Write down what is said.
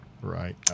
right